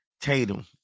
Tatum